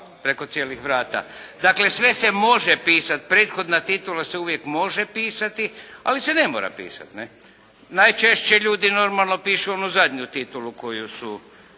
preko cijelih vrata. Dakle sve se može pisati, prethodna titula se uvijek može pisati, ali se ne mora pisati. Najčešće ljudi normalno pišu onu zadnju titulu koju su